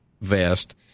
vest